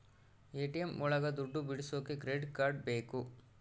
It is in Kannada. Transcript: ಎ.ಟಿ.ಎಂ ಒಳಗ ದುಡ್ಡು ಬಿಡಿಸೋಕೆ ಕ್ರೆಡಿಟ್ ಕಾರ್ಡ್ ಬೇಕು